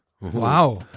Wow